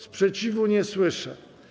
Sprzeciwu nie słyszę.